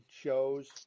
shows